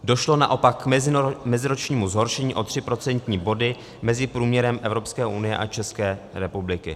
Došlo naopak k meziročnímu zhoršení o 3 procentní body mezi průměrem Evropské unie a České republiky.